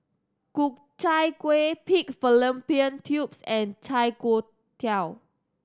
Ku Chai Kueh pig fallopian tubes and chai